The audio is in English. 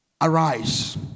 Arise